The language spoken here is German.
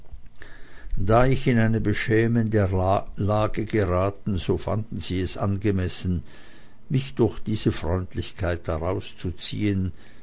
da ich in eine beschämende lage geraten so fanden sie es angemessen mich durch diese freundlichkeit daraus zu ziehen